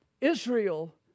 Israel